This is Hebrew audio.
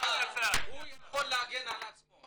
הוא יכול להגן על עצמו.